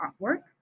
artwork